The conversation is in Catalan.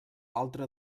altra